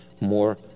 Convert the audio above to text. more